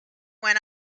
went